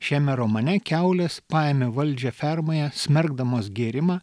šiame romane kiaulės paėmė valdžią fermoje smerkdamos gėrimą